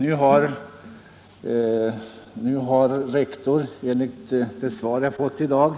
Nu har rektor, enligt det svar jag fått i dag,